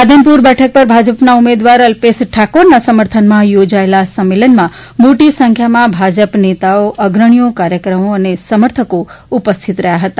રાધનપુર બેઠક પર ભાજપના ઉમેદવાર અલ્પેશ ઠાકોરના સમર્થનમાં યોજાયેલા આ સંમેલનમાં મોટી સંખ્યામાં ભાજપ નેતા અગ્રણીઓ કાર્યકરો સમર્થકો ઉપસ્થિત રહ્યા હતા